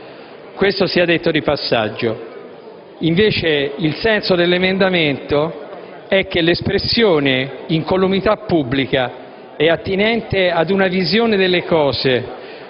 Questo sia detto di passaggio. Il senso dell'emendamento è che l'espressione "incolumità pubblica" è attinente ad una visione delle cose